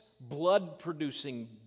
blood-producing